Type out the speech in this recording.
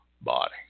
body